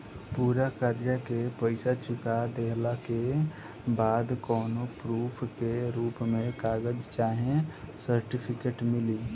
पूरा कर्जा के पईसा चुका देहला के बाद कौनो प्रूफ के रूप में कागज चाहे सर्टिफिकेट मिली?